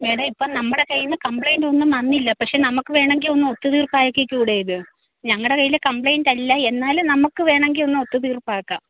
madam ഇപ്പം നമ്മുടെ കയ്യിൽ നിന്ന് കംപ്ലയിൻറ്റൊന്നും വന്നില്ല പക്ഷേ നമുക്ക് വേണമെങ്കിൽ ഒന്ന് ഒത്ത് തീർപ്പാക്കിക്കൂടെ ഇത് ഞങ്ങളുടെ കയ്യിലെ കംപ്ലയിൻറ്റല്ല എന്നാലും നമുക്ക് വേണമെങ്കിൽ ഒന്ന് ഒത്ത് തീർപ്പാക്കാം